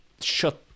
shut